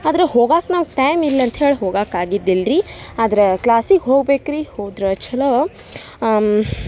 ಆದ್ರೆ ಹೋಗಕ್ಕ ನಮ್ಗೆ ಟೈಮ್ ಇಲ್ಲ ಅಂತ್ಹೇಳಿ ಹೋಗಕ್ಕ ಆಗಿದ್ದಿಲ್ಲ ರಿ ಆದ್ರೆ ಕ್ಲಾಸಿಗೆ ಹೋಗ್ಬೇಕು ರಿ ಹೋದ್ರೆ ಛಲೋ